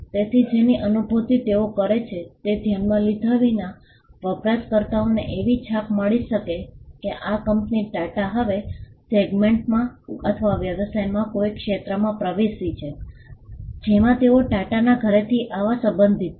તેથી જેની અનુભૂતિ તેઓ કરે છે તે ધ્યાનમાં લીધા વિના વપરાશકર્તાને એવી છાપ મળી શકે છે કે આ કંપની ટાટા હવે સેગમેન્ટમાં અથવા વ્યવસાયના કોઈ ક્ષેત્રમાં પ્રવેશી છે જેમાં તેઓ ટાટાના ઘરેથી આવવા સંબંધિત છે